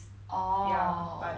orh